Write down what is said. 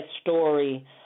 story